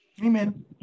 Amen